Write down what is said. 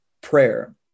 prayer